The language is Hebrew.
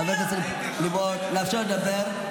חברת הכנסת לימור, לאפשר לו לדבר.